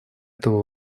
этого